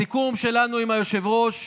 הסיכום שלנו עם היושב-ראש,